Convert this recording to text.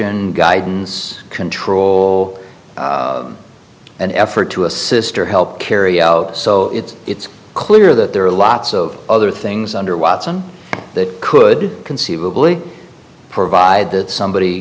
in guidance control an effort to a sister help carry out so it's clear that there are lots of other things under watson that could conceivably provide that somebody